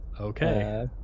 Okay